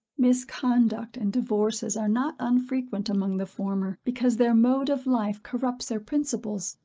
misconduct and divorces are not unfrequent among the former, because their mode of life corrupts their principles,